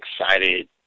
Excited